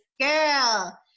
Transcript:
girl